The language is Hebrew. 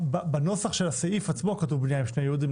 בנוסח של הסעיף עצמו כתובה המילה "בנייה" עם שתי יו"דים.